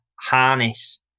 harness